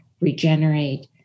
regenerate